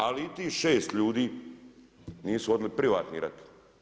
Ali i tih 6 ljudi nisu vodili privatni rat.